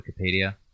Wikipedia